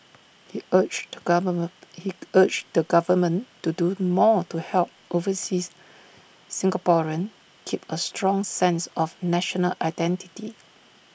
he urged the government he urged the government to do more to help overseas Singaporeans keep A strong sense of national identity